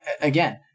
Again